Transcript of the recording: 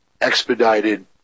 expedited